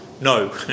no